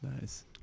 Nice